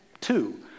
Two